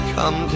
Come